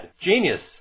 Genius